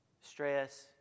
stress